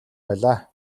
байлаа